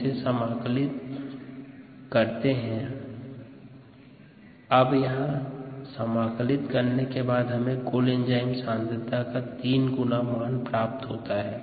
इसे समाकलित करने पर Km lnSS0S S0vm Or Km lnS0SS0 Svmt अब कुल एंजाइम सांद्रता तीन गुना हो गई है